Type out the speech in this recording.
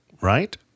right